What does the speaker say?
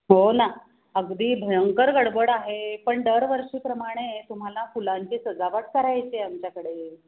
हो ना अगदी भयंकर गडबड आहे पण दरवर्षीप्रमाणे तुम्हाला फुलांची सजावट करायची आहे आमच्याकडे